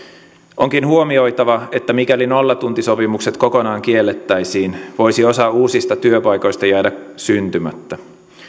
onkin huomioitava että mikäli nollatuntisopimukset kokonaan kiellettäisiin voisi osa uusista työpaikoista jäädä syntymättä